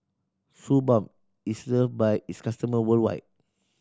Suu Balm is love by its customer worldwide